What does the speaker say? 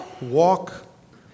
walk